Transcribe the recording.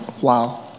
wow